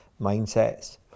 mindsets